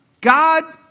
god